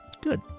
Good